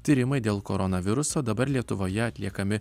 tyrimai dėl koronaviruso dabar lietuvoje atliekami